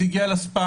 זה הגיע לספאם.